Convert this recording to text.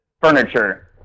furniture